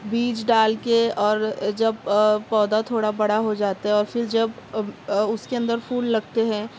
بیج ڈال کے اور جب پودا تھوڑا بڑا ہو جاتا ہے اور پھر جب اس کے اندر پھول لگتے ہیں